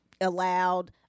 allowed